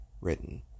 written